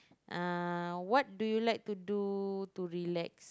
uh what do you like to do to relax